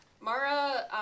Mara